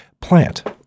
plant